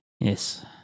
Yes